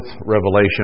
Revelation